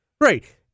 Right